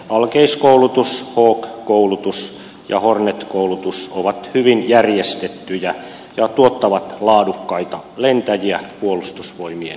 alkeiskoulutus hawk koulutus ja hornet koulutus ovat hyvin järjestettyjä ja tuottavat laadukkaita lentäjiä puolustusvoimien käyttöön